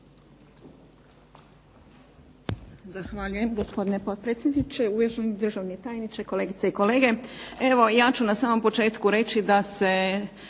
Zahvaljujem gospodine potpredsjedniče. Uvaženi državni tajniče, kolegice i kolege.